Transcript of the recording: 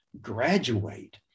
graduate